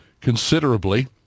considerably